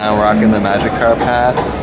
um rocking the magikarp hats